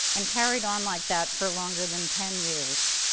and carried on like that for longer than ten years.